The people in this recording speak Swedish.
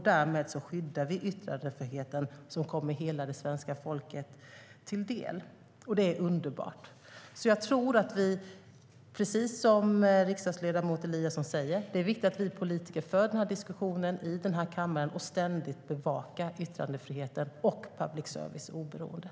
Därmed skyddar vi yttrandefriheten som kommer hela det svenska folket till del, och det är underbart. Precis som riksdagsledamot Eliasson säger är det viktigt att vi politiker för denna diskussion i denna kammare och ständigt bevakar yttrandefriheten och oberoendet för public service.